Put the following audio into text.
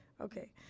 Okay